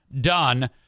done